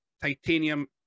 Titanium